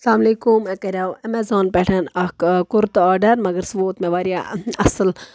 سلام علیکُم مےٚ کَریو ایٚمَیزان پٮ۪ٹھ اَکھ کُرتہٕ آرڈَر مگر سُہ ووت مےٚ واریاہ اَصٕل